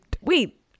wait